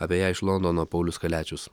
apie ją iš londono paulius kaliačius